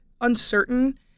uncertain